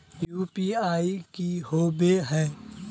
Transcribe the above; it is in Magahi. यु.पी.आई की होबे है?